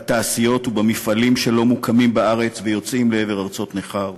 בתעשיות ובמפעלים שלא מוקמים בארץ ויוצאים לעבר ארצות נכר,